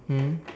mm